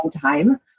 time